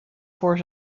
voor